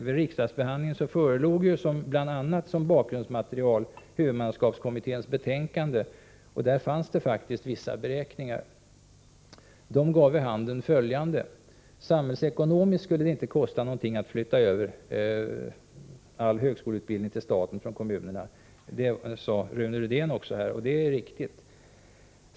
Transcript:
Vid riksdagsbehandlingen förelåg som bakgrundsmaterial bl.a. huvudmannaskapskommitténs betänkande, och där fanns faktiskt vissa beräkningar. De gav vid handen följande. Samhällsekonomiskt skulle det inte kosta någonting att flytta över all högskoleutbildning till staten från kommunerna. Det sade också Rune Rydén här. Det är riktigt.